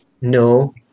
No